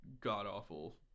god-awful